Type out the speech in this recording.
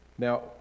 Now